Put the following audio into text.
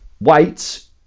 weights